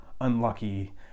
unlucky